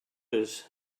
others